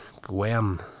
Gwen